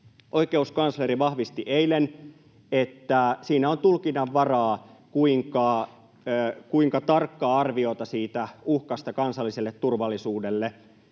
Oikeuskansleri vahvisti eilen, että siinä on tulkinnanvaraa, kuinka tarkkaa arviota siitä uhkasta kansalliselle turvallisuudelle